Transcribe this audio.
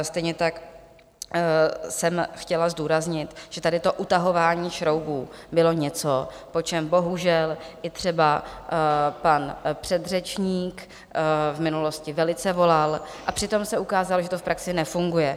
Stejně tak jsem chtěla zdůraznit, že tady to utahování šroubů bylo něco, po čem bohužel i třeba pan předřečník v minulosti velice volal, a přitom se ukázalo, že to v praxi nefunguje.